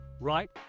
right